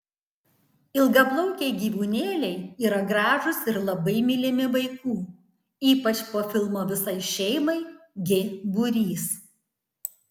ilgaplaukiai gyvūnėliai yra gražūs ir labai mylimi vaikų ypač po filmo visai šeimai g būrys